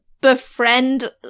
befriend